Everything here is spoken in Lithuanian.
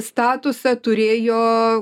statusą turėjo